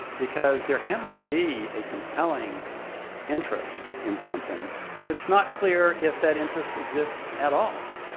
because there cannot be a compelling interest in something if it's not clear if that interest exists at all.